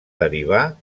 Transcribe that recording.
derivar